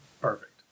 Perfect